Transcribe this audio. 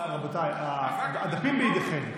רבותיי, הדפים בידיכם.